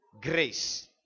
grace